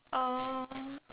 oh